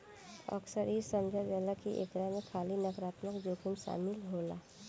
अक्सर इ समझल जाला की एकरा में खाली नकारात्मक जोखिम शामिल होला